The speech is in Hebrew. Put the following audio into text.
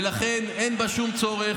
ולכן אין בה שום צורך.